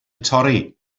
torri